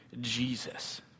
Jesus